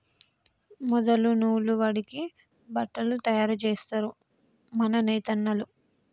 మొదలు నూలు వడికి బట్టలు తయారు జేస్తరు మన నేతన్నలు